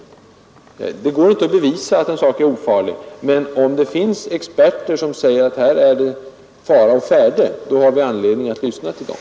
Det går inte att bevisa att en sak är ofarlig, men om det finns experter som säger att här är det fara å färde, då har vi anledning att lyssna till dem.